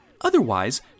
Otherwise